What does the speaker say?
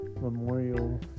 Memorial